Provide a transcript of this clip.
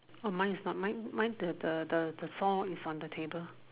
oh mine is not mine mine the the the the saw is on the table